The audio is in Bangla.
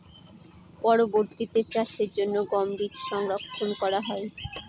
পরবর্তিতে চাষের জন্য গম বীজ সংরক্ষন করা হয়?